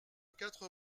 quatre